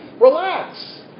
relax